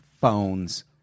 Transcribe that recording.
phones